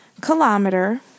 kilometer